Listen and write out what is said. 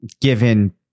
given